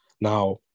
Now